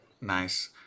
nice